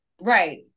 Right